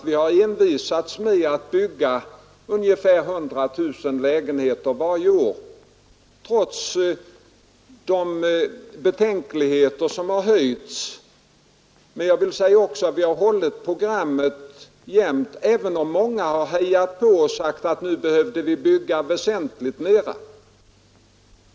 Vi har envisats med att bygga ungefär 100 000 lägenheter varje år trots de betänkligheter som har anförts. Men vi har också hållit denna siffra även om många har hejat på och sagt att vi behövde bygga väsentligt mera.